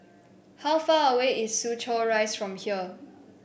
how far away is Soo Chow Rise from here